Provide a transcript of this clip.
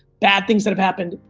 bad things that have happened,